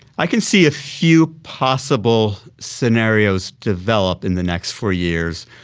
i can see a few possible scenarios develop in the next four years.